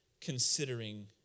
considering